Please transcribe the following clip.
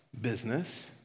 business